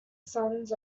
sons